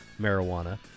marijuana